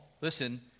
Listen